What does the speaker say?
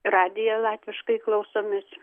radijo latviškai klausomės